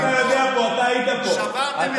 שברתם את